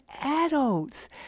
adults